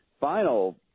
final